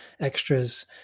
Extras